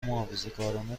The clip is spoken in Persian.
محافظهکارانه